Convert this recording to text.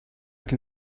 can